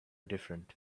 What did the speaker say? different